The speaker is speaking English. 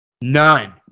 None